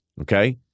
Okay